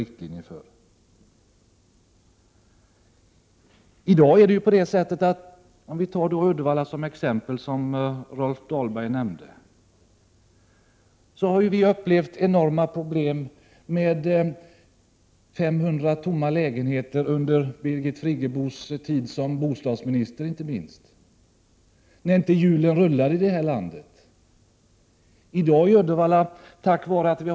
Om man tar Uddevalla, som Rolf Dahlberg nämnde, som exempel, skall sägas att vi där har upplevt enorma problem — inte minst under Birgit Friggebos tid som bostadsminister, när hjulen inte rullade i det här landet och då vi hade 500 tomma lägenheter.